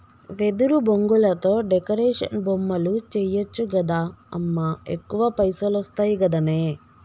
వెదురు బొంగులతో డెకరేషన్ బొమ్మలు చేయచ్చు గదా అమ్మా ఎక్కువ పైసలొస్తయి గదనే